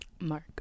Mark